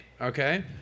okay